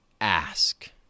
ask